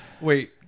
Wait